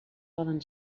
poden